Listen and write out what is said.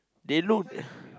they look